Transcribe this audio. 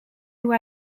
hoe